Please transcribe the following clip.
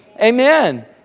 Amen